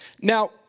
Now